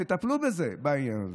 תטפלו בזה, בעניין הזה.